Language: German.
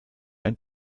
ein